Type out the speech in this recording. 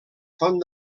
font